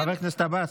חבר הכנסת עבאס,